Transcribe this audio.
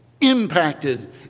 impacted